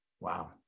Wow